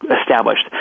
established